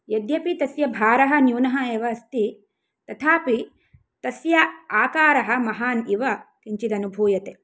यद्यपि तस्य भारः न्यूनः एव अस्ति तथापि तस्य आकारः महान् इव किञ्चित् अनुभूयते